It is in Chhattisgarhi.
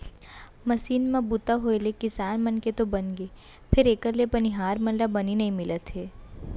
मसीन म बूता होय ले किसान मन के तो बनगे फेर एकर ले बनिहार मन ला बनी नइ मिलत हे